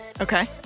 Okay